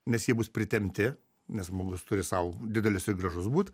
nes jie bus pritempti nes žmogus turi sau didelius ir gražus būt